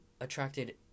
attracted